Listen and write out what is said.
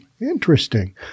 Interesting